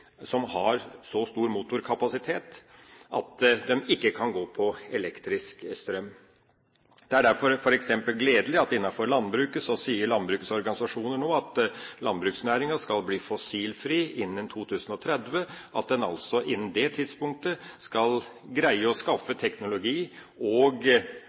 som har så stor motorkapasitet at de ikke kan gå på elektrisk strøm. Det er derfor gledelig at innenfor landbruket sier landbrukets organisasjoner nå at landbruksnæringa skal bli fossilfri innen 2030, og at en innen det tidspunktet skal greie å skaffe teknologi og driftsmidler slik at en kan kjøre tyngre kjøretøyer, traktorer og